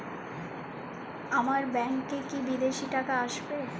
আমার ব্যংকে কি বিদেশি টাকা আসবে?